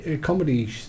Comedy